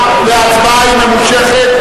וההצבעה היא ממושכת,